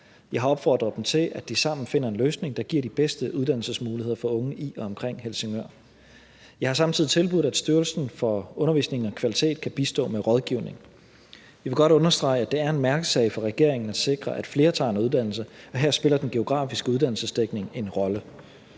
Jeg har opfordret dem til, at de sammen finder en løsning, der giver de bedste uddannelsesmuligheder for unge i og omkring Helsingør. Jeg har samtidig tilbudt, at Styrelsen for Undervisning og Kvalitet kan bistå med rådgivning. Jeg vil godt understrege, at det er en mærkesag for regeringen at sikre, at flere tager en uddannelse, og her spiller den geografiske uddannelsesdækning en rolle,